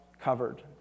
covered